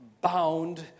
bound